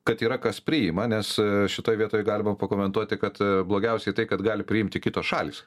kad yra kas priima nes šitoj vietoj galima pakomentuoti kad blogiausiai tai kad gali priimti kitos šalys